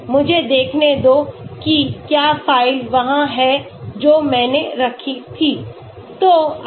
मुझे देखने दो कि क्या फ़ाइल वहाँ है जो मैंने रखी थी